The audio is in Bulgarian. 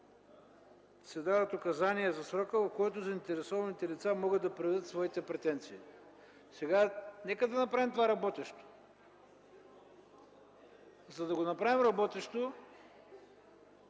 се дават указания за срока, в който заинтересованите лица могат да предявят своите претенции. Нека да направим това работещо. За да го направим работещо,